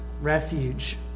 refuge